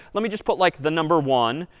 let me just put like the number one.